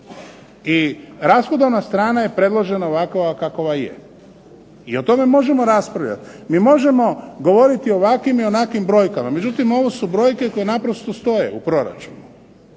I rashodovna strana je predložena ovako kako je i o tome možemo raspravljati. Mi možemo govoriti o ovakvim i onakvim brojkama. Međutim, ovo su brojke koje naprosto stoje u proračunu,